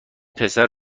پسر